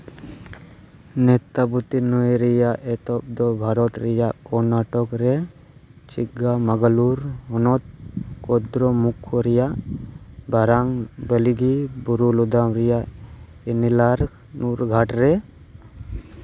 ᱱᱮᱛᱛᱟᱵᱚᱛᱤ ᱱᱟᱹᱭ ᱨᱮᱭᱟᱜ ᱮᱛᱚᱦᱚᱵ ᱫᱚ ᱵᱷᱟᱨᱚᱛ ᱨᱮᱭᱟᱜ ᱠᱚᱨᱱᱟᱴᱚᱠ ᱨᱮ ᱪᱤᱠᱠᱟ ᱢᱟᱜᱟᱞᱩᱨ ᱦᱚᱱᱚᱛ ᱠᱚᱫᱨᱚ ᱢᱩᱠᱽᱠᱷᱚ ᱨᱮᱭᱟᱜ ᱵᱟᱨᱟᱝ ᱵᱟᱹᱞᱤ ᱜᱮ ᱵᱩᱨᱩ ᱞᱚᱫᱟᱢ ᱨᱮᱭᱟᱜ ᱮᱞᱤᱱᱟᱨᱱᱩᱨ ᱜᱷᱟᱴᱨᱮ